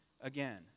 again